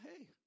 hey